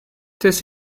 this